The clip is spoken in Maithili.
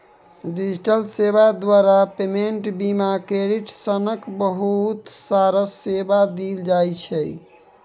डिजिटल सेबा द्वारा पेमेंट, बीमा, क्रेडिट सनक बहुत रास सेबा देल जाइ छै